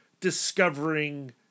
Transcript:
discovering